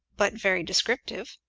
but very descriptive.